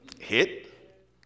hit